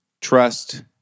trust